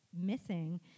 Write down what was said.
missing